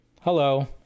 Hello